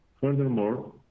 Furthermore